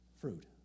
fruit